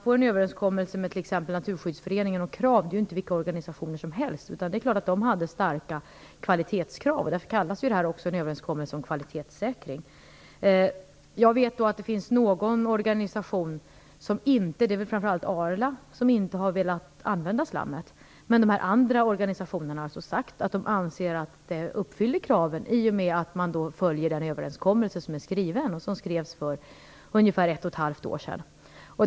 För en överenskommelse med t.ex. Natuskyddsföreningen och KRAV - det är ju inte vilka organisationer som helst - ställs det starka kvalitetskrav. Därför kallas det också en överenskommelse om kvalitetssäkring. Jag vet att det finns någon organisation, framför allt Arla, som inte har velat använda slammet. Men de andra organisationerna har sagt att de anser att kraven uppfylls i och med att man följer den överenskommelse som skrevs för ungefär ett och ett halvt år sedan.